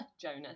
Jonas